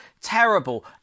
terrible